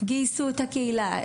גייסו את הקהילה,